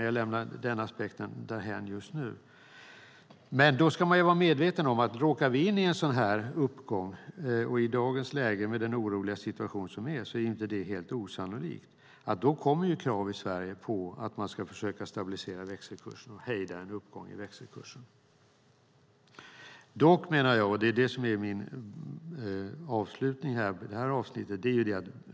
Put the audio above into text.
Jag lämnar den aspekten därhän just nu. Man ska vara medveten om att om vi råkar in i en sådan uppgång - vilket i dagens oroliga läge inte är helt osannolikt - kommer krav på att man ska försöka stabilisera växelkursen och hejda en uppgång i Sverige.